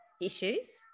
issues